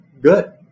good